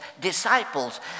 disciples